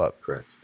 Correct